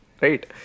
Right